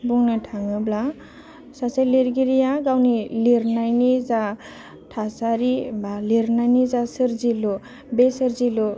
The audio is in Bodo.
बुंनो थाङोब्ला सासे लिरगिरिया गावनि लिरनायनि जा थासारि बा लिरनायनि जा सोरजिलु बे सोरजिलु